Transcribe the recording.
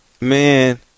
Man